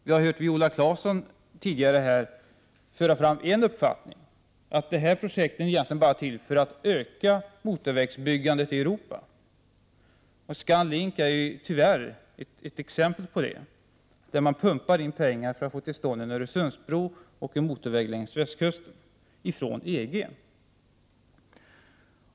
Vi har tidigare här hört Viola Claesson föra fram en uppfattning — att det här projektet egentligen bara är till för att öka motorvägsbyggandet i Europa. Och ScanLink är ju tyvärr ett exempel på det; man pumpar in pengar för att få till stånd en Öresundsbro och en motorväg längs västkusten, från EG.